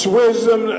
wisdom